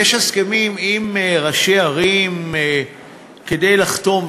יש הסכמים עם ראשי ערים כדי לחתום,